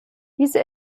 diese